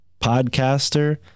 podcaster